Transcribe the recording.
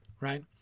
right